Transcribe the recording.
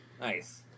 Nice